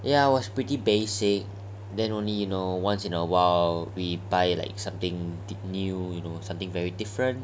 ya it was pretty basic then only you know once in a while we buy uh something new you know something very different